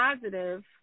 positive